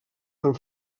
amb